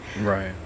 Right